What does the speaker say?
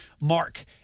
Mark